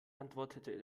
antwortete